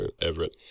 Everett